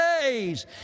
days